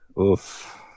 Oof